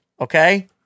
okay